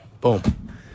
Boom